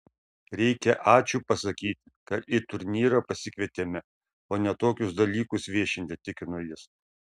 reikia ačiū pasakyti kad į turnyrą pasikvietėme o ne tokius dalykus viešinti tikino jis